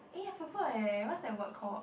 eh I forgot eh what's the word called